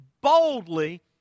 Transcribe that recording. boldly